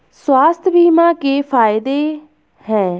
स्वास्थ्य बीमा के फायदे हैं?